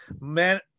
man